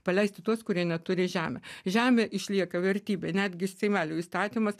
paleisti tuos kurie neturi žemė žemė išlieka vertybė netgi seimelių įstatymas